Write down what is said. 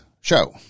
show